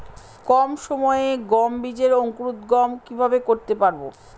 কম সময়ে গম বীজের অঙ্কুরোদগম কিভাবে করতে পারব?